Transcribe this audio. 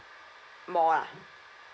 more ah